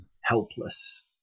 helpless